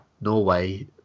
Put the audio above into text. Norway